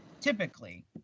Typically